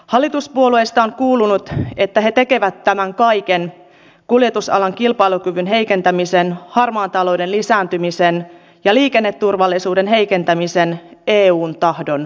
hallituspuolueista on kuulunut että he tekevät tämän kaiken kuljetusalan kilpailukyvyn heikentämisen harmaan talouden lisääntymisen ja liikenneturvallisuuden heikentämisen eun tahdon vuoksi